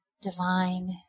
divine